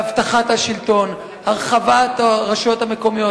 להבטחת השלטון, הרחבת הרשויות המקומיות.